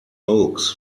oaks